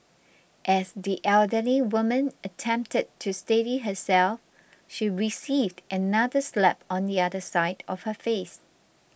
as the elderly woman attempted to steady herself she received another slap on the other side of her face